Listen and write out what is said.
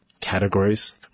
categories